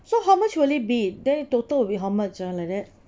so how much will it be then total will be how much ah like that